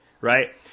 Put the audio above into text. right